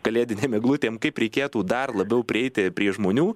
kalėdinėm eglutėm kaip reikėtų dar labiau prieiti prie žmonių